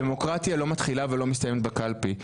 דמוקרטיה לא מתחילה ולא מסתיימת בקלפי.